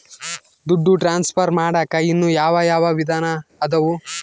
ದುಡ್ಡು ಟ್ರಾನ್ಸ್ಫರ್ ಮಾಡಾಕ ಇನ್ನೂ ಯಾವ ಯಾವ ವಿಧಾನ ಅದವು?